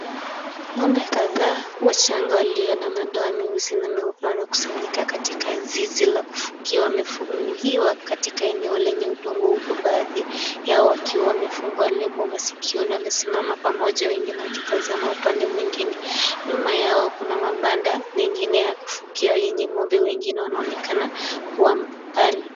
Ng'ombe kadhaa wachanga walio na madoa mweusi na meupe wamekusanyika katika zizi la kufugia, wamefungiwa katika eneo lenye udongo huku baadhi yao wakiwa wamefungwa lebo sikioni, wamesimama pamoja wengine wakitazama upande mwengine. Nyuma yao kuna mabanda mengine ya kufugia yenye ng'ombe wengine wanaonekana kua mbali.